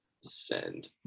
Send